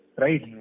right